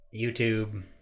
youtube